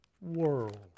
world